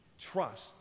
trust